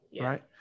Right